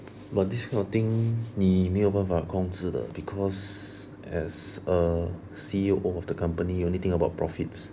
but this kind of thing 你没有办法控制的 because as a C_E_O of the company you only think about profits